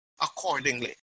accordingly